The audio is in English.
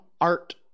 art